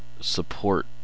support